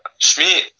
Shmi